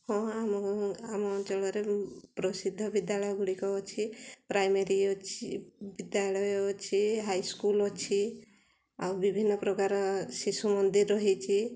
ହଁ ଆମ ଅଞ୍ଚଳରେ ପ୍ରସିଦ୍ଧ ବିଦ୍ୟାଳୟଗୁଡ଼ିକ ଅଛି ପ୍ରାଇମେରୀ ଅଛି ବିଦ୍ୟାଳୟ ଅଛି ହାଇସ୍କୁଲ୍ ଅଛି ଆଉ ବିଭିନ୍ନପ୍ରକାର ଶିଶୁ ମନ୍ଦିର ରହିଛି